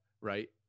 right